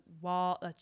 wall